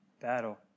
battle